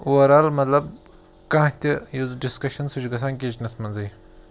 اُوَر آل مطلب کانٛہہ تہِ یُس ڈِسکَشَن سُہ چھُ گَژھان کِچنَس منٛزٕے